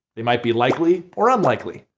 they might be likely or unlikely.